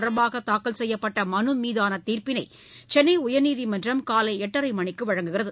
தொடர்பாக தாக்கல் செய்யப்பட்ட மனு மீதான தீர்ப்பினை சென்னை உயர்நீதிமன்றம் காலை எட்டரை மணிக்கு வழங்குகிறது